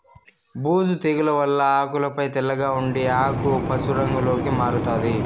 బూజు తెగుల వల్ల ఆకులపై తెల్లగా ఉండి ఆకు పశు రంగులోకి మారుతాది